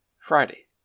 Friday